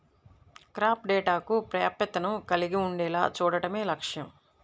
crop డేటాకు ప్రాప్యతను కలిగి ఉండేలా చూడడమే లక్ష్యం